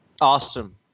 Awesome